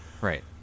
right